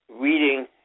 reading